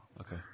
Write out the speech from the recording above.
okay